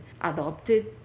adopted